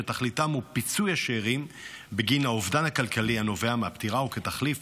שתכליתם היא פיצוי השאירים בגין האובדן הכלכלי הנובע מהפטירה וכתחליף